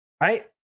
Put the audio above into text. right